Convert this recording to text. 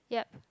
yup